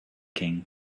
king